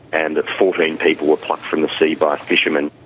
and that fourteen people were plucked from the sea by fishermen.